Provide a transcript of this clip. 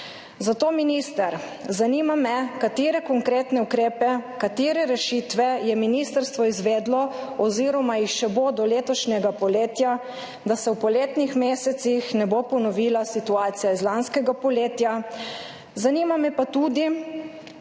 Zato me, minister, zanima: Katere konkretne ukrepe, katere rešitve je ministrstvo izvedlo oziroma jih še bo do letošnjega poletja, da se v poletnih mesecih ne bo ponovila situacija iz lanskega poletja? Kakšni